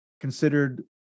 considered